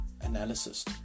analysis